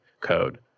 code